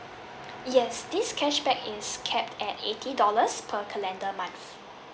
yes this cashback is capped at eighty dollars per calendar month